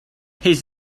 his